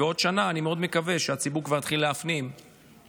אני מאוד מקווה שבעוד שנה הציבור כבר יתחיל להפנים מה